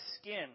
skin